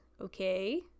okay